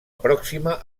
pròxima